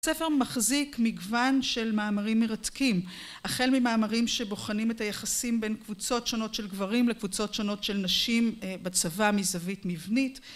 הספר מחזיק מגוון של מאמרים מרתקים, החל ממאמרים שבוחנים את היחסים בין קבוצות שונות של גברים לקבוצות שונות של נשים בצבא, מזווית מבנית